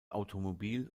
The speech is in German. automobil